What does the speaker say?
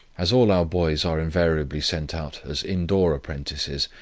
as all our boys are invariably sent out as indoor apprentices,